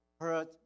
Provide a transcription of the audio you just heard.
heard